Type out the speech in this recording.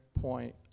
point